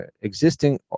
existing